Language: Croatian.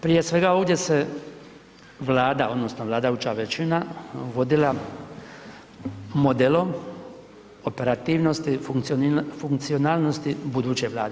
Prije svega, ovdje se Vlada, odnosno vladajuća većina vodila modelom operativnosti funkcionalnosti buduće vlade.